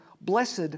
Blessed